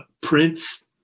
prince